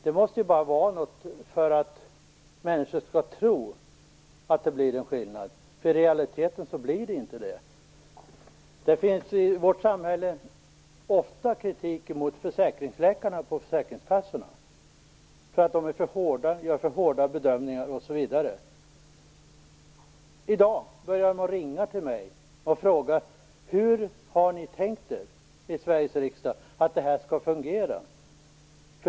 Det måste vara bara för att människor skall tro att det blir en skillnad. I realiteten blir det ju inte det. Det riktas i vårt samhälle ofta kritik mot försäkringsläkarna på försäkringskassorna för att de är för hårda, gör för hårda bedömningar, osv. I dag ringer de till mig och frågar: Hur har ni i Sveriges riksdag tänkt er att det här skall fungera?